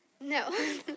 No